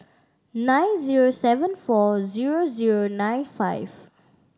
nine zero seven four zero zero nine five